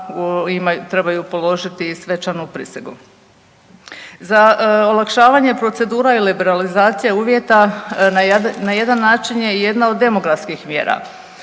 trebaju položiti svečanu prisegu. Za olakšavanje procedura i liberalizacija uvjeta na jedan način je jedna od demografskih mjera.